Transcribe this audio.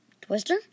Twister